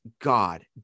God